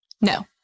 no